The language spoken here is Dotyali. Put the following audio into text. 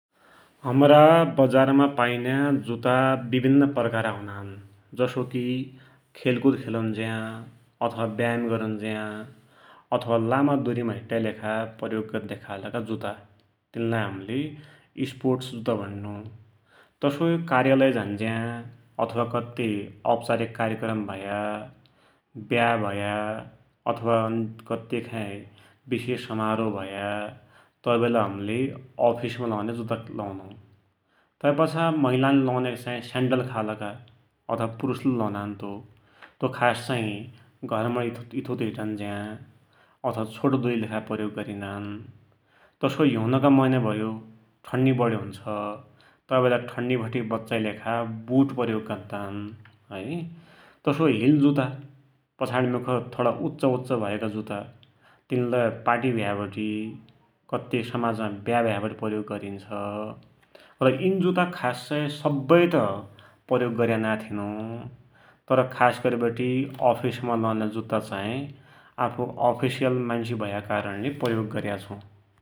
हमरा बजारमा पाइन्या जुत्ता विभिन्न प्रकारका हुनान्, जसो कि खेलकुद खेलुृन्ज्या अथवा व्यायाम गरुन्ज्या अथवा लामा दुरीमा हिटु्टाकी लेखा प्रयोग गद्या खालका जुत्ता, तिनलाई हमले स्पोट जुत्ता भुण्णु । तसोइ कार्यालाय झान्ज्या अथवा कत्ते औपचारिक कार्यक्रम भया, व्या भया, अथवा कत्तेखाइ विषेश समारोह भया, तै बेला हमले अफिस लौन्या जुत्ता लौनु । तैपाछा महिलानले लौन्यक स्यान्डल खालका, तनलाइ पुरुषलै लौनान्, तो खास चाही घरमुणी इथउथ हिट्टन्ज्या अथवा छोटो दुरीकि लेखा प्रयोग गरिनान् । तसोइ हिउनका मैना भयो, ठन्डी बढी हुन्छ, तैवेला ठन्डीबठे बच्चाकी लेखा बुट प्रयोग गद्दान् है । तसोइ हिल जुत्ता पछाडीमुख उच्चाउच्चा भया जुत्ता, तिनलै पार्टी भयावटी कत्ते समाजमा व्या भ्याबटि प्रयोग गरिन्छ । र यिन जुत्ता खास्सै सवैत प्रयोग गर्या त नाई थिनु, तर खास गरिवटि अफिसमा लौन्या जुत्ता चाही आफु अफिसियल मान्सु भया कारणले प्रयोग गर्या छु ।